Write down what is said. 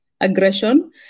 aggression